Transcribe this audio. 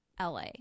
la